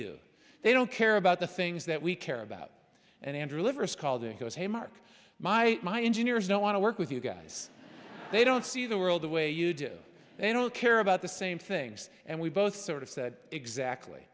do they don't care about the things that we care about and andrew liveris called it goes hey mark my my engineers don't want to work with you guys they don't see the world the way you do they don't care about the same things and we both sort of said exactly